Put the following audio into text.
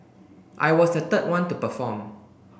I was the third one to perform